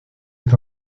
est